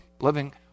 living